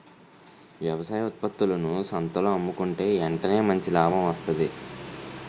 వ్యవసాయ ఉత్త్పత్తులను సంతల్లో అమ్ముకుంటే ఎంటనే మంచి లాభం వస్తాది